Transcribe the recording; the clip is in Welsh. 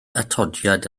atodiad